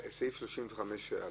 סעיף 35(א).